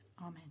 Amen